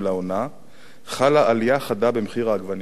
חלה עלייה חדה במחיר העגבניות בימים האחרונים.